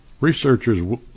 researchers